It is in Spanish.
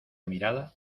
mirada